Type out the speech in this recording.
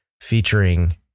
featuring